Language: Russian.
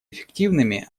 эффективными